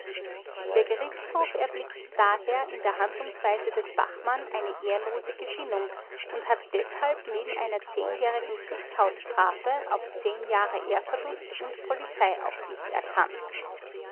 der gerichtshof erblickt daher in der handlungsweise des bachmann eine ehrlose gesinnung und hat deshalb neben einer zehnjährigen zuchthausstrafe auf jahre ehrverlust und polizeiaufsicht erkannt